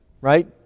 Right